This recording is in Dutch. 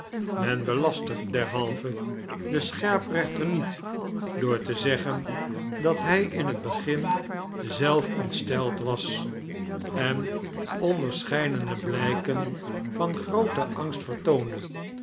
men belastert derhalve den scherprechter niet door te zeggen t dat hij in het begin zelf ontsteld was en onderscheidene blijken van grooten angst